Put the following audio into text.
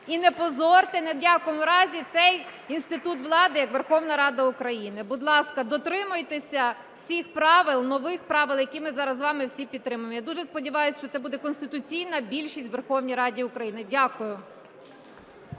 і не позорте ні в якому разі цей інститут влади, як Верховна Рада України. Будь ласка, дотримуйтеся всіх правил, нових правил, які ми зараз з вами всі підтримаємо. Я дуже сподіваюсь, що це буде конституційна більшість у Верховній Раді України. Дякую.